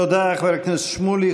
תודה, חבר הכנסת שמולי.